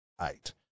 eight